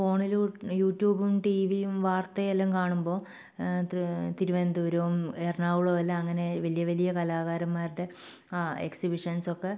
ഫോണിലൂ യൂട്യൂബും ടീവിയും വാർത്തയെല്ലാം കാണുമ്പോൾ തിരുവനന്തപുരവും എറണാകുളം എല്ലാം അങ്ങനെ വല്യ വല്യ കലാകാരന്മാരുടെ ആ എക്സിബിഷൻസ് ഒക്കെ